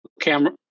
camera